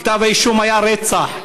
כתב האישום היה רצח,